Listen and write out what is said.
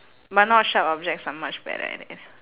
but not sharp objects I'm much better at it